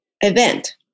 event